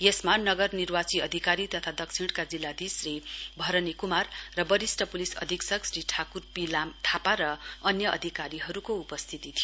यसमा नगर निर्वाची अधिकारी तथा दक्षिणका जिल्लाधीश श्री भरनी कुमार बरिष्ठ पुलिस अधीक्षक श्री ठाकुर पी थापा र अन्य अधिकारीहरूको उपस्थिती थियो